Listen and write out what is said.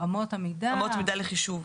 אמות מידה לחישוב.